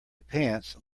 pants